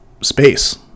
space